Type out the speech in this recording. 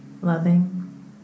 loving